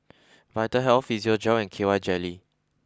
Vitahealth Physiogel and K Y jelly